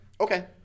Okay